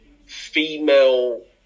female